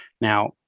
now